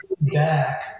back